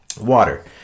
Water